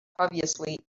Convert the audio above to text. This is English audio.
obviously